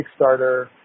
Kickstarter